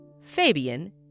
Fabian